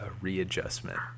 readjustment